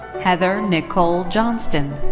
heather nicole johnston.